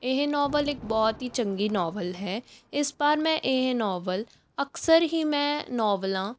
ਇਹ ਨੋਬਲ ਇੱਕ ਬਹੁਤ ਹੀ ਚੰਗੀ ਨੋਵਲ ਹੈ ਇਸ ਵਾਰ ਮੈਂ ਇਹ ਨੋਵਲ ਅਕਸਰ ਹੀ ਮੈਂ ਨੋਬਲਾਂ